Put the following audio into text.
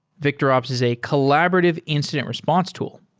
victorops is a collaborative incident response tool,